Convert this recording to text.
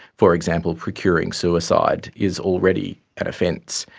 for example, procuring suicide is already an offence.